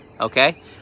okay